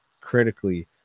critically